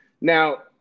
Now